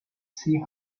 see